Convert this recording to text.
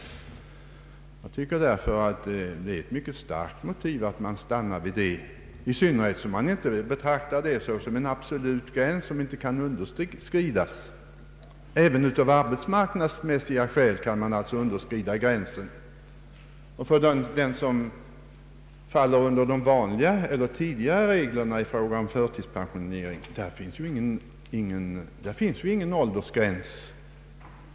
Jag tycker att det finns mycket starka motiv för att man stannar där, i synnerhet som man inte betraktar det som en absolut gräns som inte kan underskridas. Även av arbetsmarknadsmässiga skäl kan man alltså underskrida gränsen. För dem som faller under de tidigare reglerna i fråga om förtidspensionering finns ingen åldersgräns.